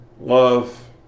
love